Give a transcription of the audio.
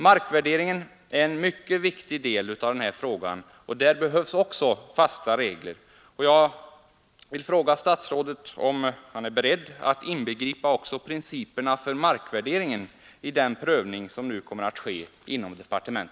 Markvärderingen är en mycket viktig del av den här frågan. Där behövs också fasta regler. Jag vill fråga statsrådet om han är beredd att inbegripa också principerna för markvärdering i den prövning som nu kommer att ske inom departementet.